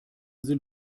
sind